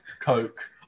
coke